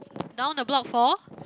now the block for